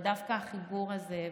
ודווקא החיבור הזה,